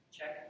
Check